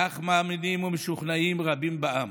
כך מאמינים ומשוכנעים רבים בעם.